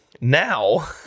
now